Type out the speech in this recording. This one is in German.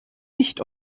nicht